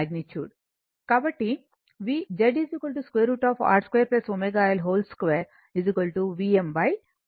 కాబట్టి Z √ R 2 ωL2 Vm Im